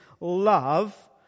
love